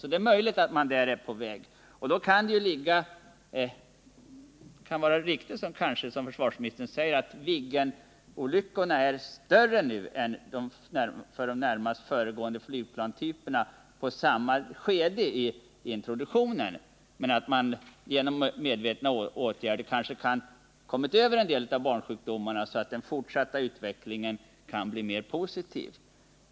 Det är alltså möjligt att vi här är på väg mot en förbättring. Det kan vara riktigt som försvarsministern säger att olycksfallsstatistiken är sämre nu för Viggen än för de närmast föregående flygplantyperna vid samma skede i introduktionen men att man genom medvetna åtgärder har kommit över en del av barnsjukdomarna, så att den fortsatta utvecklingen kan bli mer positiv.